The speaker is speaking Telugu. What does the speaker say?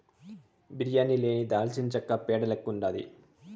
బిర్యానీ లేని దాల్చినచెక్క పేడ లెక్కుండాది